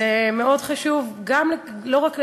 זה מאוד חשוב לא רק לדבר,